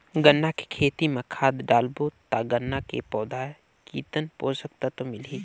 गन्ना के खेती मां खाद डालबो ता गन्ना के पौधा कितन पोषक तत्व मिलही?